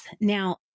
Now